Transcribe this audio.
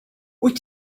wyt